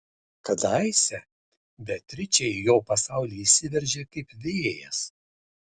kadaise beatričė į jo pasaulį įsiveržė kaip vėjas